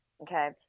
okay